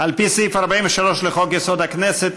על פי סעיף 43 לחוק-יסוד: הכנסת,